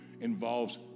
involves